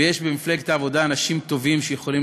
ויש במפלגת העבודה אנשים טובים שיכולים